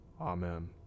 Amen